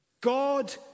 God